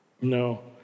No